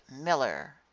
miller